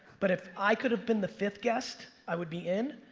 but if i could have been the fifth guest, i would be in.